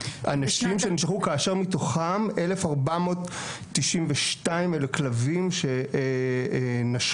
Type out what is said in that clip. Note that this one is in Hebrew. אנשים שננשכו, כאשר מתוכם 1,492 אלה כלבים שנשכו,